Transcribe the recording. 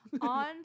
on